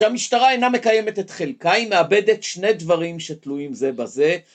המשטרה אינה מקיימת את חלקה, היא מאבדת שני דברים שתלויים זה בזה